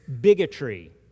bigotry